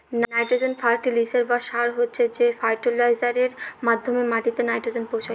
nitrogen ফার্টিলিসের বা সার হচ্ছে সে ফার্টিলাইজারের মাধ্যমে মাটিতে নাইট্রোজেন পৌঁছায়